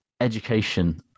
education